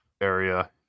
area